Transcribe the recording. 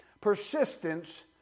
Persistence